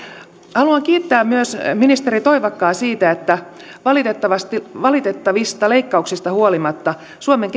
haluan kiittää myös ministeri toivakkaa siitä että valitettavista leikkauksista huolimatta suomen